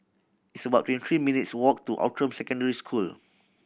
it's about twenty three minutes' walk to Outram Secondary School